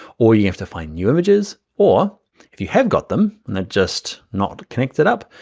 or you have to find new images, or if you have got them and they're just not connected up,